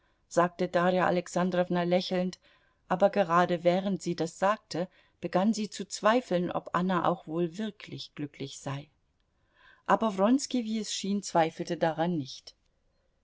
sagte darja alexandrowna lächelnd aber gerade während sie das sagte begann sie zu zweifeln ob anna auch wohl wirklich glücklich sei aber wronski wie es schien zweifelte daran nicht